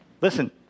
Listen